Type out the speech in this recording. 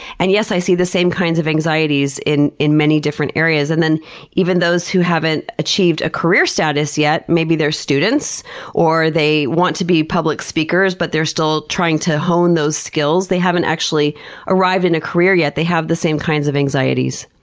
and yes, i see the same kinds of anxieties in in many different areas. and even those who haven't achieved a career status yet. maybe they're students or they want to be public speakers but they're still trying to hone those skills. they haven't actually arrived in a career yet. they have the same kinds of anxieties.